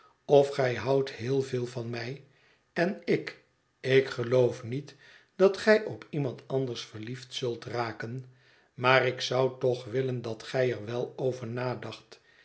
of gij houdt heel veel van mij en ik ik geloof niet dat gij op iemand anders verliefd zult geraken maar ik zou toch willen dat gij er wel over nadacht